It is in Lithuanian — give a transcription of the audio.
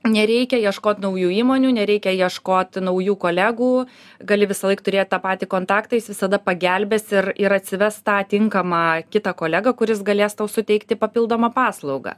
nereikia ieškot naujų įmonių nereikia ieškot naujų kolegų gali visąlaik turėt tą patį kontaktą jis visada pagelbės ir ir atsives tą tinkamą kitą kolegą kuris galės tau suteikti papildomą paslaugą